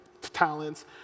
talents